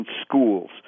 schools